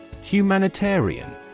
Humanitarian